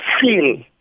feel